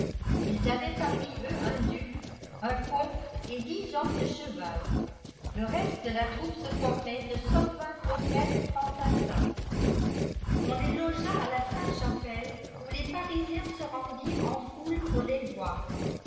us avaient parmi eux un duc th coioate et diil hommes de îheval ij lte de la ttoupe se formait dé cent vingt prophètes fantassins on les logea ja sîtidkt chapelle où les parisiens se rendirent en fmila pour les voir